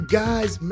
guys